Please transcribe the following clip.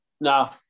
No